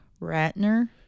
Ratner